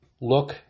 look